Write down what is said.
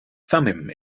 thummim